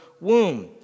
womb